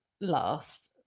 last